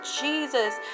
Jesus